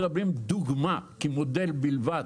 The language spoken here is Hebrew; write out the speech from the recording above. דוגמא כמודל בלבד: